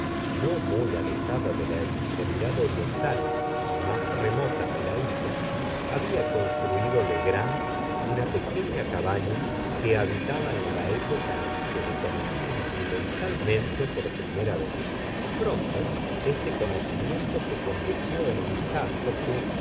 no muy alejada de la extremidad oriental y más remota de la isla había construído legrand una pequeña cabaña que habitaba en la época en que le conocí incidentalmente por primera vez pronto este conocimiento se convirtió en amistad porque